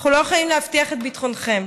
אנחנו לא יכולים להבטיח את ביטחונכם.